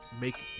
make